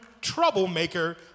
troublemaker